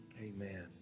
Amen